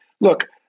look